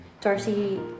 Darcy